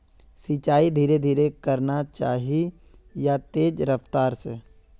सिंचाई धीरे धीरे करना चही या तेज रफ्तार से?